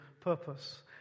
purpose